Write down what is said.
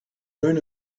learn